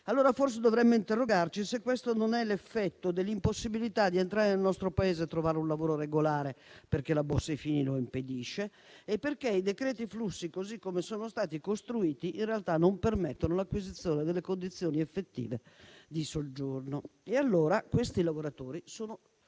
anni? Forse dovremmo interrogarci se questo non è l'effetto dell'impossibilità di entrare nel nostro Paese e trovare un lavoro regolare, perché la Bossi-Fini lo impedisce, e perché i decreti flussi, così come sono stati costruiti, in realtà non permettono l'acquisizione delle condizioni effettive di soggiorno. Quei lavoratori, allora,